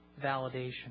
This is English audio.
validation